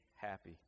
happy